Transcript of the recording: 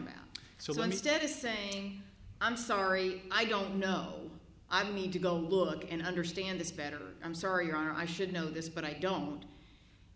about so instead of saying i'm sorry i don't know i need to go look and understand this better i'm sorry your honor i should know this but i don't